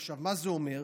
עכשיו, מה זה אומר?